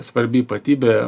svarbi ypatybė